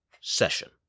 session